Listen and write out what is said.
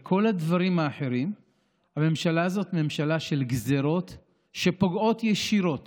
בכל הדברים האחרים הממשלה הזאת היא ממשלה של גזרות שפוגעות ישירות